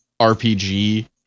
RPG